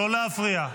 לא להפריע.